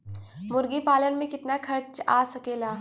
मुर्गी पालन में कितना खर्च आ सकेला?